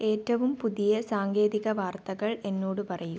ഏറ്റവും പുതിയ സാങ്കേതിക വാർത്തകൾ എന്നോട് പറയൂ